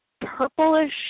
purplish